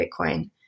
Bitcoin